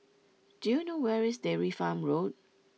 do you know where is Dairy Farm Road